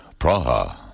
Praha